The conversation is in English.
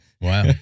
Wow